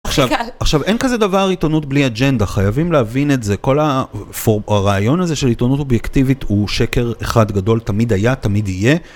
עכשיו אין כזה דבר עיתונות בלי אג'נדה חייבים להבין את זה כל הרעיון הזה של עיתונות אובייקטיבית הוא שקר אחד גדול תמיד היה תמיד יהיה.